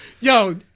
Yo